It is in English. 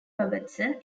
robertson